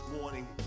morning